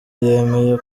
yemeye